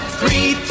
three